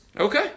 Okay